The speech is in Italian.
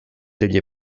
degli